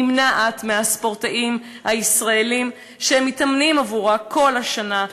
נמנעת מהספורטאים הישראלים שמתאמנים עבורה כל השנה,